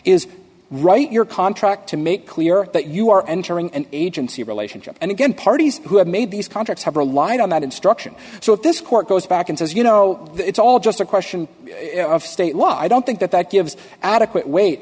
is right your contract to make clear that you are entering an agency relationship and again parties who have made these contracts have relied on that instruction so this court goes back and says you know it's all just a question of state law i don't think that that gives adequate weight